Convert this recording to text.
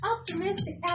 optimistic